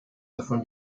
davon